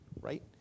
right